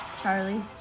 Charlie